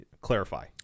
clarify